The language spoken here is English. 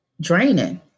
draining